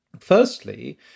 Firstly